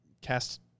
cast